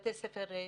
בבתי ספר מסוימים?